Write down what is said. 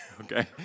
okay